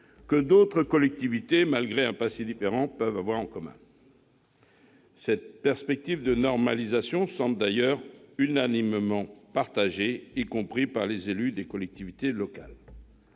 que d'autres collectivités, malgré un passé différent, peuvent aussi bien satisfaire. Cette perspective de normalisation semble d'ailleurs unanimement partagée, y compris par les élus des collectivités locales